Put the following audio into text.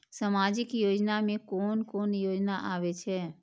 सामाजिक योजना में कोन कोन योजना आबै छै?